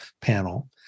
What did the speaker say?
panel